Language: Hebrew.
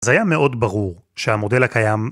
‫אז היה מאוד ברור שהמודל הקיים...